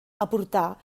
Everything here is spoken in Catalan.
aportar